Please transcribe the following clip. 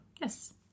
Yes